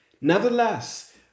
Nevertheless